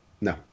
no